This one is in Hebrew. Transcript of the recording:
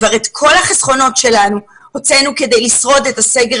את כל החסכונות שלנו כבר הוצאנו כדי לשרוד את הסגר